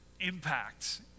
impact